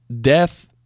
death